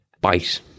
Bite